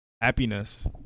happiness